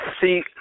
See